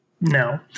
No